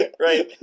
Right